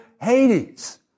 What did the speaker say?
Hades